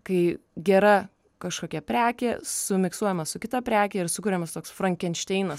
kai gera kažkokia prekė sumiksuojama su kita preke ir sukuriamas toks frankenšteinas